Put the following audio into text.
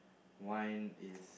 wine is